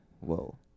whoa